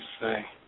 say